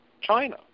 China